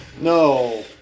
No